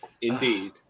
Indeed